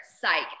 psych